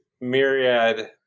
myriad